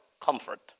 comfort